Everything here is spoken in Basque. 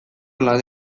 lana